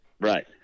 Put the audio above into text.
Right